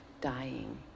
dying